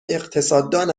اقتصاددان